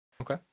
okay